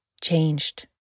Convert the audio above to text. changed